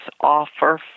offer